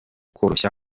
koroshya